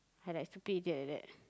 I like stupid idiot like that